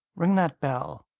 ring that bell.